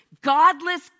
godless